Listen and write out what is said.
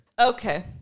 Okay